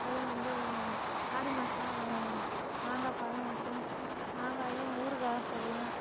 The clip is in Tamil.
அதுவும் வந்து ஆடி மாதல்லாம் வை மாங்காய் பழம் வைக்கும் மாங்காயும் ஊறுகாலாம் போடலாம்